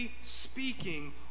speaking